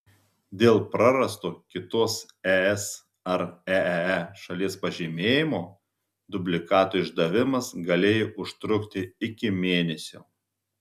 dėl prarasto kitos es ar eee šalies pažymėjimo dublikato išdavimas galėjo užtrukti iki mėnesio